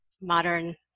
modern